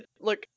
look